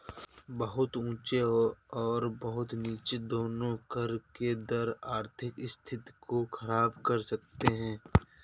बहुत ऊँचे और बहुत नीचे दोनों कर के दर आर्थिक स्थिति को ख़राब कर सकते हैं